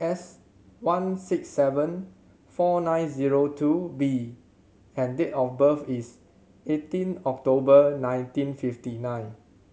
S one six seven four nine zero two B and date of birth is eighteen October nineteen fifty nine